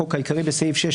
החוק העיקרי) בסעיף 6,